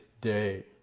day